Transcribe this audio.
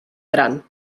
gran